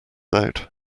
out